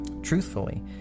truthfully